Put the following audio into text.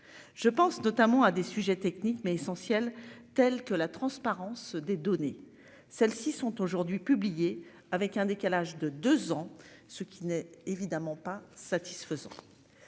Je pense notamment à des sujets techniques mais essentielles telles que la transparence des données celles-ci sont aujourd'hui publiés avec un décalage de 2 ans, ce qui n'est évidemment pas satisfaisant.